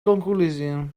conclusion